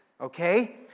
okay